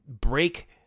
break